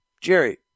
Jerry